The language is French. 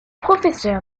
professeur